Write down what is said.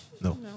No